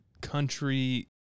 country